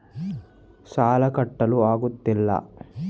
ಸಾಲ ಕಟ್ಟಲು ಆಗುತ್ತಿಲ್ಲ